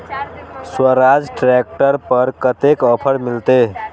Swaraj tractor पर कतेक offer मिलते?